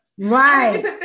Right